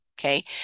okay